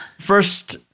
First